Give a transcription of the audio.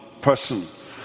person